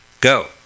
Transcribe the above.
go